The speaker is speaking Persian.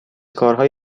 کارهای